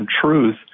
truth